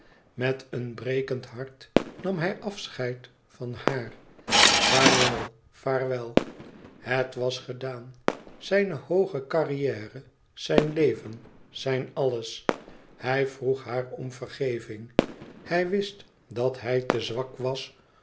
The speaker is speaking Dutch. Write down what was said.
met een brekend hart nam hij afscheid van haar vaarwel vaarwel het was gedaan zijne hooge carrière zijn leven zijn alles hij vroeg haar om vergeving hij wist dat hij te zwak was